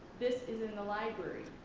this is in the library,